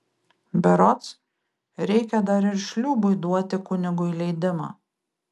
berods reikia dar ir šliūbui duoti kunigui leidimą